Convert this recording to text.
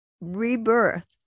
rebirth